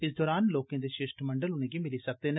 इस दरान लोकें दे शिष्टमंडल उनेंगी मिली सकदे न